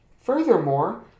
Furthermore